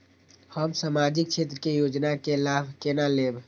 हम सामाजिक क्षेत्र के योजना के लाभ केना लेब?